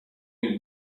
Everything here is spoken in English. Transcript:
you